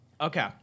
Okay